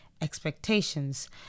expectations